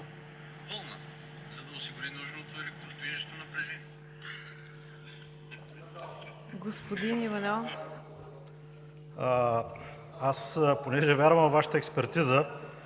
Аз, понеже вярвам във Вашата експертиза,